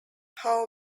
how